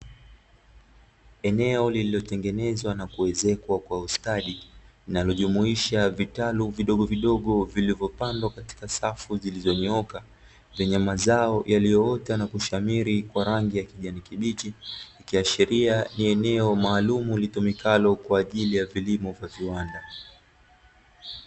Eneo lililotengenezwa na kuezekwa kwa ustadi linalojumuisha vitalu vidogovidogo vilivyopandwa katika safu zilizonyooka, zenye mazao yaliyoota na kushamiri kwa rangi ya kijani kibichi ikiashiria ni eneo maalumu litumikalo kwa ajili ya vilimo vya viwanda.